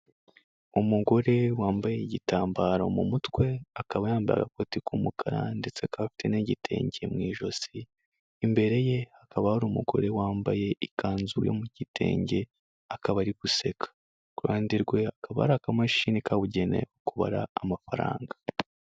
Umugore wambaye igitambaro mu mutwe, akaba yambaye agakoti k'umukara ndetse akaba afite n'igitenge mu ijosi, imbere ye hakaba hari umugore wambaye ikanzu yo mu gitenge akaba ari guseka, ku ruhande rwe hakaba hari akamashini kabugenewe mu kubara amafaranga.